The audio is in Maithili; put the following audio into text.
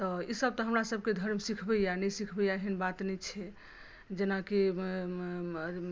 तऽ ई सब तऽ हमरा सबके धर्म सिखबैया नहि सिखबैया एहन बात नहि छै जेनाकी